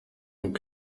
uko